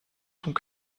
sont